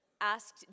asked